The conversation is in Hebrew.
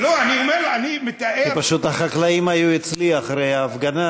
כי החקלאים היו אצלי אחרי ההפגנה,